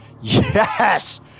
Yes